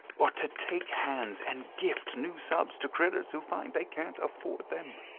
or to take hands and gift new subs to critters who find they can't afford them.